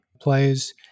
plays